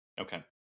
Okay